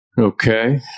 Okay